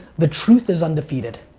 the truth is undefeated.